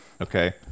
okay